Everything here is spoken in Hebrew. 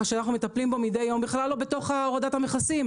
שאנחנו מטפלים בו מדי יום בכלל לא בתוך ההורדת המכסים,